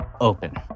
open